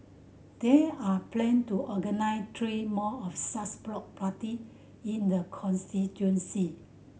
there are plan to organise three more of such block party in the constituency